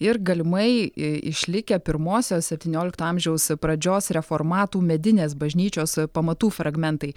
ir galimai išlikę pirmosios septyniolikto amžiaus pradžios reformatų medinės bažnyčios pamatų fragmentai